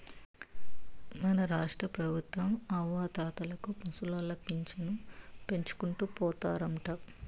మన రాష్ట్రపెబుత్వం అవ్వాతాతలకు ముసలోళ్ల పింఛను పెంచుకుంటూ పోతారంట